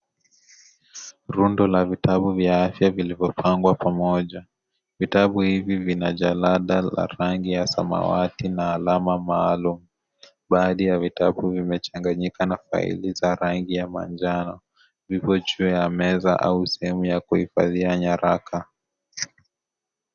Runda la vitabu vya afya vilivyopangwa pamoja. Vitabu hivi vina jalada la rangi ya samawati na alama maalumu. Baadhi ya vitabu vimechanganyika na faili za rangi ya manjano. Vipo juu ya meza au sehemu ya kuhifadhia nyaraka.